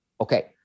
Okay